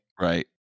Right